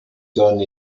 tone